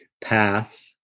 path